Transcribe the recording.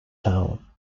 town